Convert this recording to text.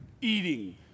eating